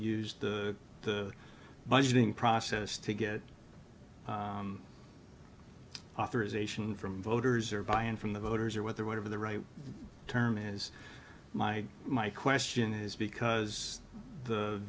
use the budgeting process to get authorization from voters or buy in from the voters or whether whatever the right term is my my question is because the